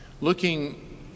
looking